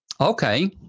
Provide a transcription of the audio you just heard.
Okay